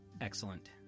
excellent